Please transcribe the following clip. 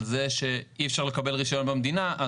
עסק על כך שאי אפשר לקבל רישיון במדינה,